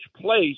place